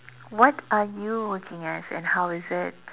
what are you working as and how is it